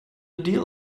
deal